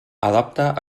adapta